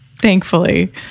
Thankfully